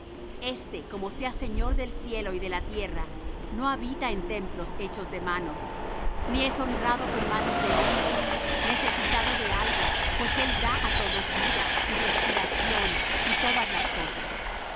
éste como sea señor del cielo y de la tierra no habita en templos hechos de manos ni es honrado con manos de hombres necesitado de algo pues él da á todos vida y respiración y todas las cosas